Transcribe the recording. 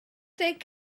deg